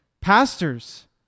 Pastors